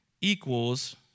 equals